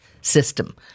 system